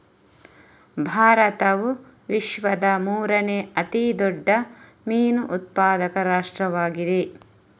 ಭಾರತವು ವಿಶ್ವದ ಮೂರನೇ ಅತಿ ದೊಡ್ಡ ಮೀನು ಉತ್ಪಾದಕ ರಾಷ್ಟ್ರವಾಗಿದೆ